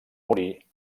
morir